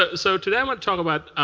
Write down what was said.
ah so today i'm going to talk about